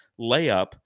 layup